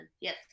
Yes